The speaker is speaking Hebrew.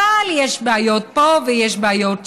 אבל יש בעיות פה ויש בעיות שם.